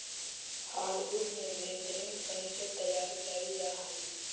hardwood से बेहतरीन furniture तैयार कैल जा हइ